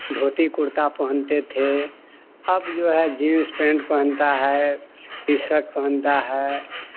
धोती कुर्ता पहनते थे अब जो है जींस पैंट पहनता है टी सर्ट पहनता है